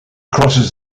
crosses